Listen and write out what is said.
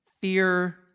fear